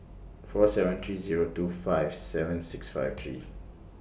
four seven three Zero two five seven six five three